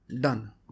done